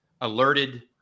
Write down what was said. alerted